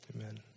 Amen